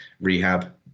rehab